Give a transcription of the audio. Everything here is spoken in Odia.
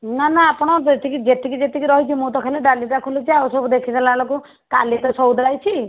ନା ନା ଆପଣ ଯେତିକି ଯେତିକି ଯେତିକି ରହିଛି ମୁଁ ତ ଖାଲି ଡ଼ାଲିଟା ଖୋଲିଚି ଆଉ ସବୁ ଦେଖି ସାରିଲା ବେଳକୁ କାଲି ତ ସଉଦା ଆଇଛି